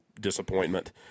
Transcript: disappointment